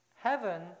Heaven